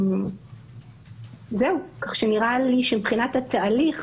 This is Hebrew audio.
כך שנראה לי שמבחינת התהליך